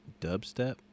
Dubstep